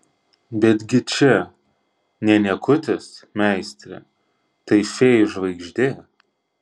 betgi čia ne niekutis meistre tai fėjų žvaigždė